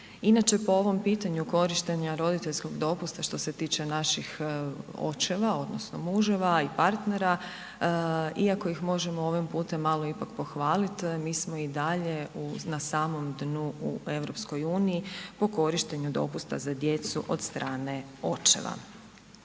Inače po ovom pitanju korištenja roditeljskog dopusta što se tiče naših očeva odnosno muževa i partnera iako ih možemo ovim putem malo ipak pohvaliti mi smo i dalje na samom dnu u Europskoj uniji po korištenju dopusta za djecu od strane očeva.